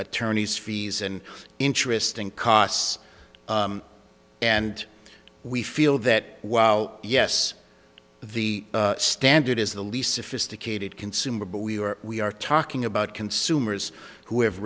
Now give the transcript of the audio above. attorneys fees and interesting costs and we feel that while yes the standard is the least sophisticated consumer but we are we are talking about consumers who have